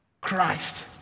Christ